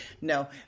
no